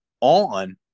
on